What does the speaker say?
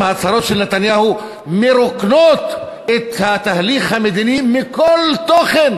ההצהרות של נתניהו מרוקנות את התהליך המדיני מכל תוכן,